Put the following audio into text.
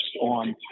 on